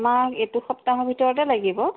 আমাক এইটো সপ্তাহৰ ভিতৰতে লাগিব